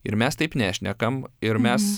ir mes taip nešnekam ir mes